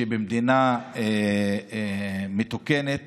שבמדינה מתוקנת